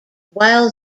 while